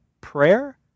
prayer